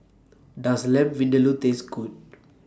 Does Lamb Vindaloo Taste Good